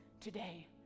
today